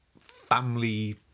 family